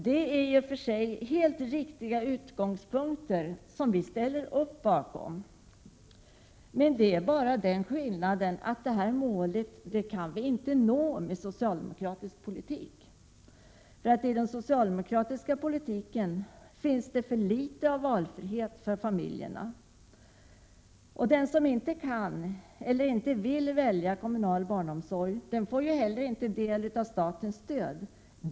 Detta är i och för sig riktiga utgångspunkter, som vi ställer oss bakom. Skillnaden är att detta mål inte kan nås med socialdemokratisk politik. I den socialdemokratiska politiken finns alltför litet valfrihet för familjerna. Den som inte kan eller vill välja kommunal barnomsorg får inte heller del av statens stöd.